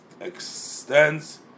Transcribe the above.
extends